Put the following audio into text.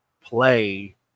play